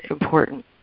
important